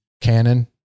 Canon